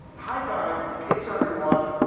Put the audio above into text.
high tide it's underwater.